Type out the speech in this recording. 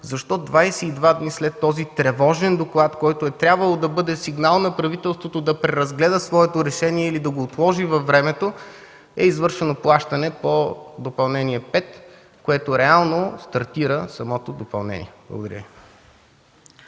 Защо 22 дни след този тревожен доклад, който е трябвало да бъде сигнал на правителството, за да преразгледа своето решение или да го отложи във времето, е извършено плащане по Допълнение № 5, което реално стартира самото допълнение? Благодаря.